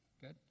Good